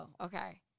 okay